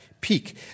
peak